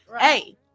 hey